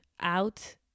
out